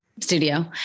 studio